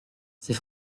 c’est